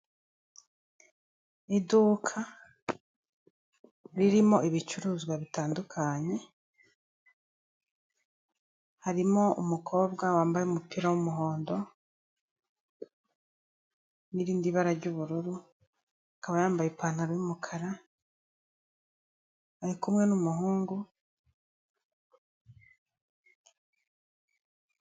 Iduka ririmo ibicuruzwa bitandukanye, harimo umukobwa wambaye umupira w'umuhondo n'irindi bara ry'ubururu, akaba yambaye ipantaro y'umukara, ari kumwe n'umuhungu...